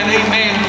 amen